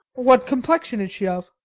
what complexion is she of?